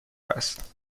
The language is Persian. است